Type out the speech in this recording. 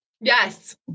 Yes